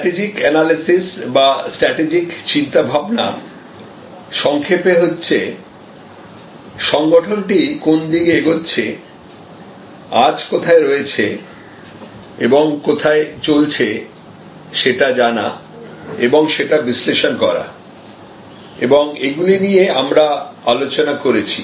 strategic analysis বা strategic চিন্তাভাবনা সংক্ষেপে হচ্ছে সংগঠনটি কোন দিকে এগোচ্ছে আজ কোথায় রয়েছে এবং কোথায় চলছে সেটা জানা এবং সেটা বিশ্লেষণ করা এবং এগুলি নিয়ে আমরা আলোচনা করেছি